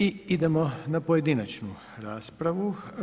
I idemo na pojedinačnu raspravu.